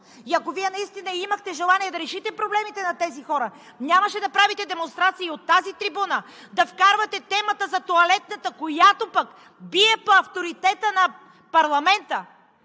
и ако Вие наистина имахте желание да решите проблемите на тези хора, нямаше да правите демонстрации от тази трибуна, да вкарвате темата за тоалетната, която пък бие по авторитета на парламента.